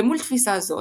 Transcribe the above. למול תפיסה זו,